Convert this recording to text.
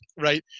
right